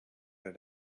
had